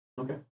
Okay